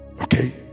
okay